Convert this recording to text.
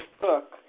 book